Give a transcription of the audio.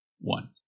one